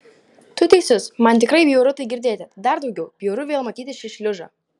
tu teisus man tikrai bjauru tai girdėti dar daugiau bjauru vėl matyti šį šliužą